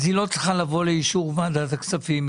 אז היא לא צריכה לבוא לאישור ועדת הכספים.